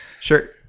sure